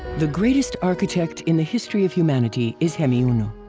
the greatest architect in the history of humanity is hemiunu,